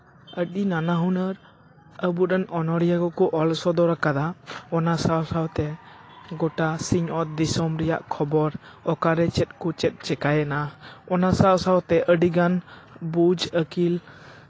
ᱟᱹᱰᱤ ᱱᱟᱱᱟ ᱦᱩᱱᱟᱹᱨ ᱟᱵᱚᱨᱮᱱ ᱚᱱᱚᱲᱦᱤᱭᱟᱹ ᱠᱚᱠᱚ ᱚᱞ ᱥᱚᱫᱚᱨ ᱠᱟᱫᱟ ᱚᱱᱟ ᱥᱟᱶ ᱥᱟᱶᱛᱮ ᱜᱚᱴᱟ ᱥᱤᱧᱼᱚᱛ ᱫᱤᱥᱚᱢ ᱨᱮᱭᱟᱜ ᱠᱷᱚᱵᱚᱨ ᱚᱠᱟᱨᱮ ᱪᱮᱫ ᱠᱚ ᱪᱮᱫ ᱪᱤᱠᱟᱭᱮᱱᱟ ᱚᱱᱟ ᱥᱟᱶ ᱥᱟᱶᱛᱮ ᱟᱹᱰᱤᱜᱟᱱ ᱵᱩᱡᱽ ᱟᱹᱠᱤᱞ